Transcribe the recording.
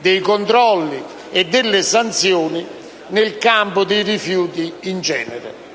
dei controlli e delle sanzioni nel campo dei rifiuti in genere.